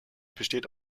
besteht